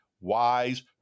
wise